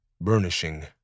burnishing